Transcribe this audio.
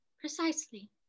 Precisely